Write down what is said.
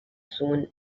soon